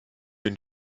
und